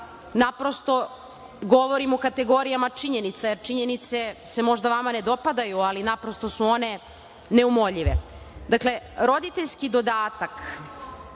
naprosto govorim u kategorijama činjenica, jer činjenice se možda vama ne dopadaju ali naprosto su one neumoljive. Dakle, roditeljski dodatak